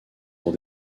pour